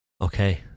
Okay